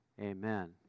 Amen